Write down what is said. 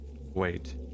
Wait